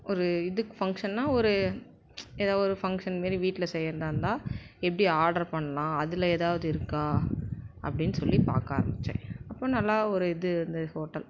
ஒரு இதுக்கு ஃபங்க்ஷன்னால் ஒரு எதா ஒரு ஃபங்க்ஷன் மாரி வீட்டில் செய்கிறதா இருந்தால் எப்படி ஆர்டர் பண்ணலாம் அதில் எதாவது இருக்கா அப்படின் சொல்லி பார்க்க ஆரம்பித்தேன் அப்போது நல்லா ஒரு இது அந்த ஹோட்டல்